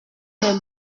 les